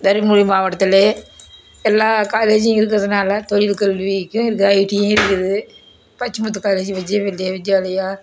தரும்புரி மாவட்டத்தில்லே எல்லா காலேஜும் இருக்கிறதுனால தொழில்கல்விக்கும் இருக்கு ஐடியும் இருக்குது பச்சை முத்து காலேஜு விஜய் வித்யா வித்யாலயா